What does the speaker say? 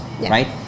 right